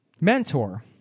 mentor